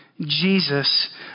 Jesus